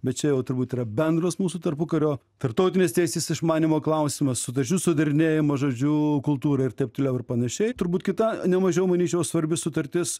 bet čia jau turbūt yra bendras mūsų tarpukario tarptautinės teisės išmanymo klausimas sutarčių sudarinėjimo žodžiu kultūra ir taip toliau ir panašiai turbūt kita nemažiau manyčiau svarbi sutartis